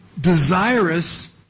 desirous